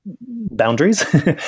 boundaries